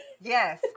Yes